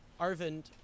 Arvind